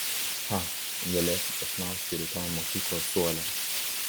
cha galėsi pasnausti rytoj mokyklos suole